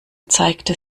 zeigte